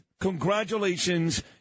congratulations